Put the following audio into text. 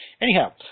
Anyhow